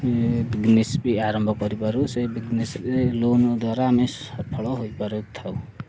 business ଆରମ୍ଭ କରିପାରୁ ସେ ବିଜ୍ନେସ୍ ଲୋନ୍ ଦ୍ୱାରା ଆମେ ସଫଳ ହୋଇପାରୁଥାଉ